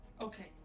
okay